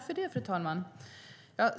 Fru talman!